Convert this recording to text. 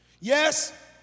Yes